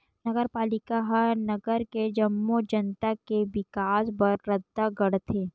नगरपालिका ह नगर के जम्मो जनता के बिकास बर रद्दा गढ़थे